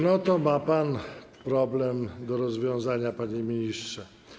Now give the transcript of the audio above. No to ma pan problem do rozwiązania, panie ministrze.